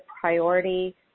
priority